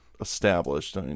established